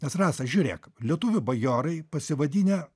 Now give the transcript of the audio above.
nes rasa žiūrėk lietuvių bajorai pasivadinę